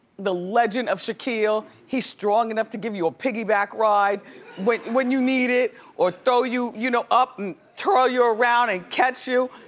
the legend of shaquille. he's strong enough to give you a piggyback ride when when you need it or throw you, you know up and twirl you around and catch you.